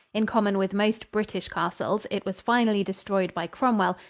in common with most british castles, it was finally destroyed by cromwell,